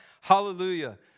Hallelujah